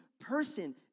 person